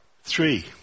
Three